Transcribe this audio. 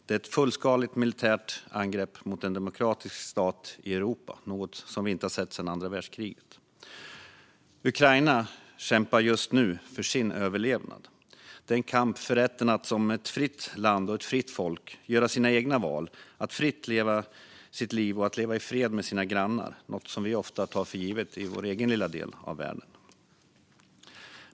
Det är ett fullskaligt militärt angrepp mot en demokratisk stat i Europa, något som vi inte har sett sedan andra världskriget. Ukraina kämpar just nu för sin överlevnad. Det är en kamp för rätten att som ett fritt land och ett fritt folk göra sina egna val, för att leva ett fritt liv och leva i fred med sina grannar. Det är något som vi ofta tar för givet i vår egen lilla del av världen.